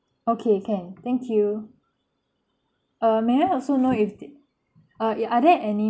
okay can thank you err may I also know if it err are there any